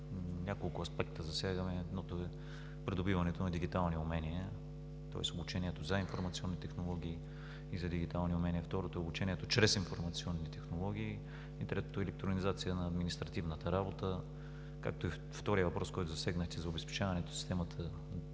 няколко аспекта засягаме. Единият е придобиването на дигитални умения, тоест обучението за информационни технологии и за дигитални умения. Второто е обучението чрез информационни технологии. И третото е електронизация на административната работа, както е вторият въпрос, който засегнахте – за обезпечаването на системата